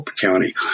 County